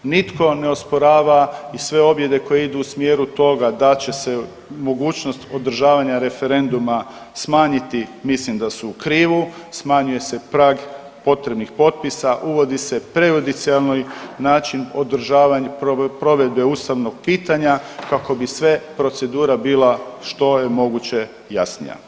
Nitko ne osporava i sve objede koje idu u smjeru toga da će se mogućnost održavanja referenduma smanjiti, mislim da su u krivu, smanjuje se prag potrebnih potpisa, uvodi se prejudicijelni način održavanja provedbe ustavnog pitanja kako bi sve procedura bila što je moguće jasnija.